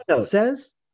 says